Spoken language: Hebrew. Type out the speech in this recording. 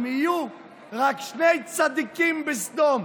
אם יהיו רק שני צדיקים בסדום,